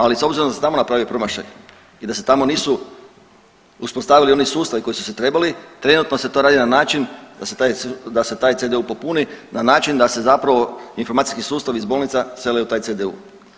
Ali, s obzirom da znamo napraviti promašaj i da se tamo nisu uspostavili oni sustavi koji su se trebali, trenutno se to radi na način da se taj CDU popuni na način da se zapravo informacijski sustav iz bolnica seli u taj CDU.